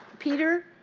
peter,